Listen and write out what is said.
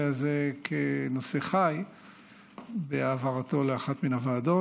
הזה כנושא חי בהעברתו לאחת מן הוועדות.